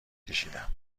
کشیدم